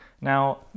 Now